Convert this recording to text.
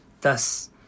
thus